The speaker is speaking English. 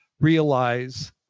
realize